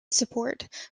support